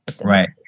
Right